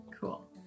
Cool